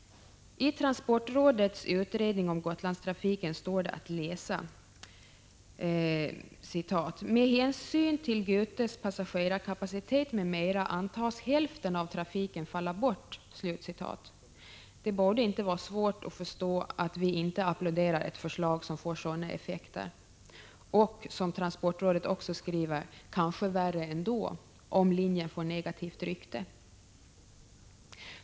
I transportrådets utredning om Gotlandstrafiken står det att läsa: ”Med hänsyn till GUTES passagerarkapacitet m.m. antas hälften av trafiken falla bort.” Det borde inte vara svårt att förstå att vi inte applåderar ett förslag som får sådana effekter. Och, som transportrådet också skriver, kanske blir det värre ändå, ”om linjen får negativt rykte”.